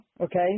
okay